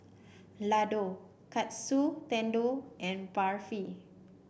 Ladoo Katsu Tendon and Barfi